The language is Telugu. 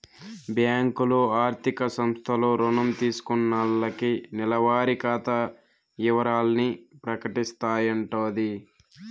బ్యాంకులు, ఆర్థిక సంస్థలు రుణం తీసుకున్నాల్లకి నెలవారి ఖాతా ఇవరాల్ని ప్రకటిస్తాయంటోది